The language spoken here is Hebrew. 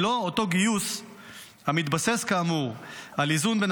ללא אותו גיוס המתבסס כאמור על איזון בין